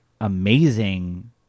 amazing